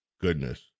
Goodness